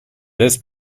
this